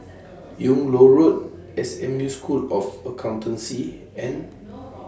Yung Loh Road S M U School of Accountancy and